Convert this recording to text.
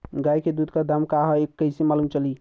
गाय के दूध के दाम का ह कइसे मालूम चली?